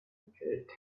pit